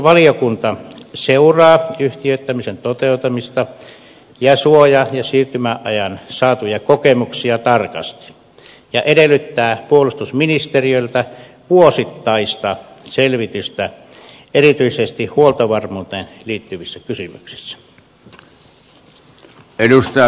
puolustusvaliokunta seuraa yhtiöittämisen toteutumista ja suoja ja siirtymäajasta saatuja kokemuksia tarkasti ja edellyttää puolustusministeriöltä vuosittaista selvitystä erityisesti huoltovarmuuteen liittyvissä kysymyksissä